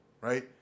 right